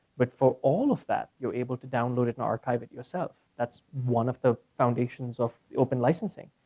but for all of that, you're able to download it and archive it yourself. that's one of the foundations of open licensing.